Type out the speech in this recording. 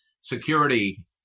security